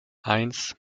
eins